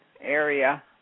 area